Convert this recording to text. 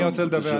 בבקשה.